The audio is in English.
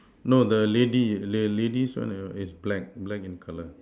no the lady the lady one is black black in color